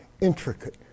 intricate